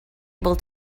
able